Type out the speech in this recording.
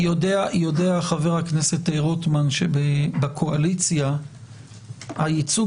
יודע חבר הכנסת רוטמן שבקואליציה הייצוג